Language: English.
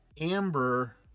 amber